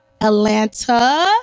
Atlanta